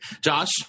Josh